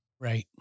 Right